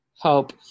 help